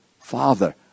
Father